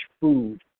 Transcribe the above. food